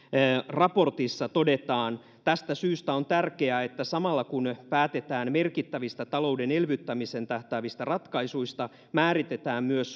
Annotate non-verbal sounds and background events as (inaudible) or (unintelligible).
raportissa todetaan tästä syystä on tärkeää että samalla kun päätetään merkittävistä talouden elvyttämiseen tähtäävistä ratkaisuista määritetään myös (unintelligible)